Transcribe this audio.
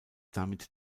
damit